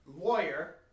lawyer